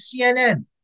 CNN